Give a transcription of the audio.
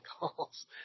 calls